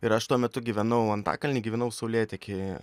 ir aš tuo metu gyvenau antakalny gyvenau saulėteky